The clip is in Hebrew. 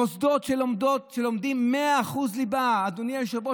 מוסדות שלומדים 100% ליבה אדוני היושב-ראש,